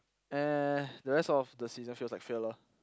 uh the rest of the season feels like fail lor